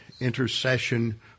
intercession